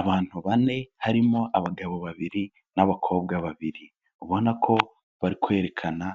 Abantu bane, harimo abagabo babiri n'abakobwa babiri, ubona ko bari kwerekana